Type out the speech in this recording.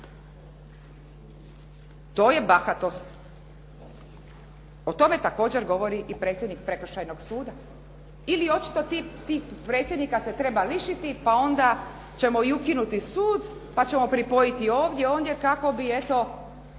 To je bahatost. O tome također govori i predsjednik prekršajnog suda ili očito tih predsjednika se treba lišiti pa onda ćemo i ukinuti sud, pa ćemo pripojiti ovdje, ondje kako bi eto